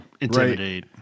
intimidate